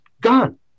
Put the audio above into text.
gone